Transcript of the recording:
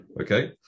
Okay